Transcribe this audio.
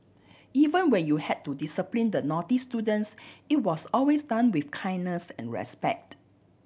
even when you had to discipline the naughty students it was always done with kindness and respect